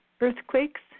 earthquakes